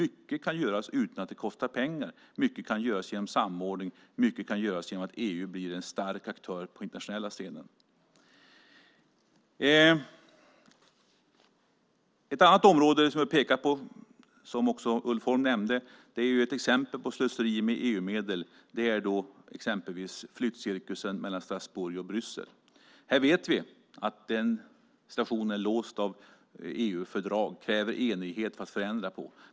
Mycket kan göras utan att det kostar pengar. Mycket kan göras med hjälp av samordning, och mycket kan göras genom att EU blir en stark aktör på den internationella scenen. Ett annat område som jag vill peka på, som också Ulf Holm nämnde, som ett exempel på slöseri med EU-medel är flyttcirkusen mellan Strasbourg och Bryssel. Vi vet att situationen är låst av EU-fördrag och att det krävs enighet för att förändra den.